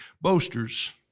boasters